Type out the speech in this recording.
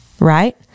right